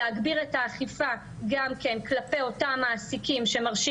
להגביר את האכיפה גם כן כלפי אותם מעסיקים שמרשים